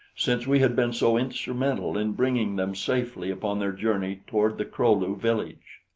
since we had been so instrumental in bringing them safely upon their journey toward the kro-lu village.